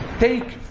take